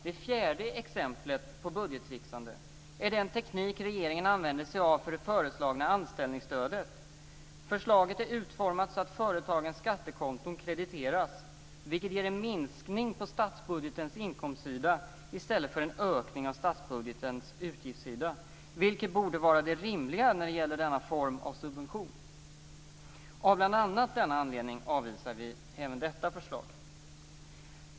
Det fjärde exemplet på budgettricksande är den teknik som regeringen använder sig av för det föreslagna anställningsstödet. Förslaget är utformat så att företagens skattekonton krediteras. Det ger en minskning på statsbudgetens inkomstsida i stället för en ökning av statsbudgetens utgiftssida, vilket borde vara det rimliga när det gäller denna form av subvention. Av bl.a. denna anledning avvisar vi även detta förslag.